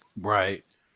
right